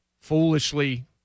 foolishly